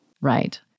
Right